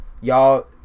Y'all